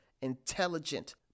intelligent